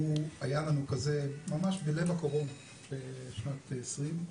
היה לנו כזה ממש בלב הקורונה בשנת 2020,